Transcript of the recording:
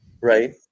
Right